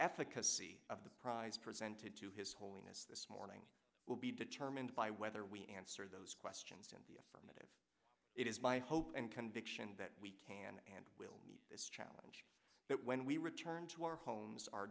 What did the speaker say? efficacy of the prize presented to his holiness this morning will be determined by whether we answer those questions in the affirmative it is my hope and conviction that we can and will meet this challenge that when we return to our homes